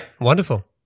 Wonderful